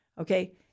Okay